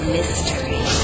Mystery